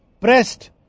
Pressed